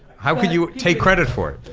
how can you take credit for it?